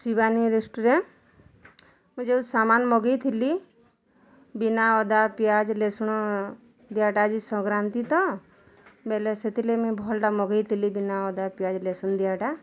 Shivani restaurant ମୁଁ ଯେଉଁ ସାମାନ୍ ମଗେଇ ଥିଲି ବିନା ଅଦା ପିଆଜ୍ ଲେସୁଣ ଦିଆଟା ଆଜି ସଂକ୍ରାନ୍ତି ତ ବୋଲେ ସେଥିରଲାଗି ମୁଁଇ ଭଲ୍ଟା ମଗେଇଥିଲି ବିନା ଅଦା ପିଆଜ୍ ଲେସୁଣ୍ ଦିଆଟା